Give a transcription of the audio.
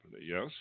yes